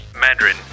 Mandarin